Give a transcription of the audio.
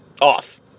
off